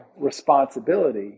responsibility